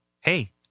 hey